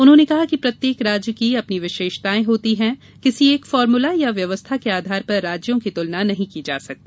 उन्होंने कहा कि प्रत्येक राज्य की अपनी विशेषताएं होती हैं किसी एक फार्मूला या व्यवस्था के आधार पर राज्यों की तुलना नहीं की जा सकती